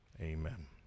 amen